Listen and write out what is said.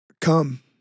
come